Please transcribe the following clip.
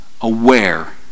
aware